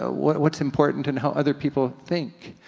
what's important, and how other people think.